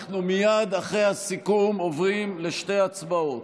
ואנחנו מייד אחרי הסיכום עוברים לשתי הצבעות.